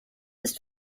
ist